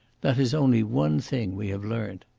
that is only one thing we have learnt.